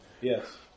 Yes